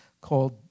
called